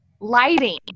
Lighting